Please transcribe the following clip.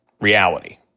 reality